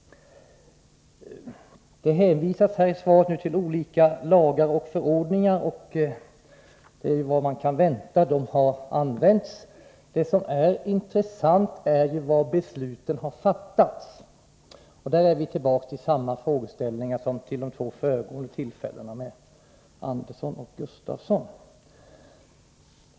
I detta svar hänvisas till olika lagar och förordningar, och det är vad man kan vänta, eftersom de har tillämpats. Men det som är intressant är var Besluten har fattats, och därmed är vi tillbaka i samma frågeställningar som vid de två föregående debatterna med Andersson och Gustafsson.